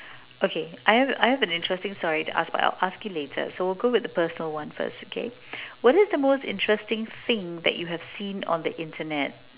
okay I have I have an interesting story that I will ask about but I will ask you later so we'll go with the personal one first okay what is the most interesting thing that you have seen on the internet